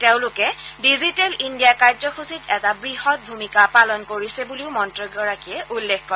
তেওঁলোকে digital India কাৰ্যসূচীত এটা বৃহৎ ভূমিকা পালন কৰিছে বুলিও মন্ত্ৰীগৰাকীয়ে উল্লেখ কৰে